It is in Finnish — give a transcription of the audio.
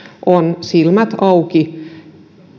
on silmät auki